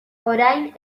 orain